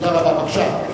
בבקשה.